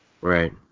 Right